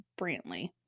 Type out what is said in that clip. Brantley